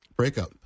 breakup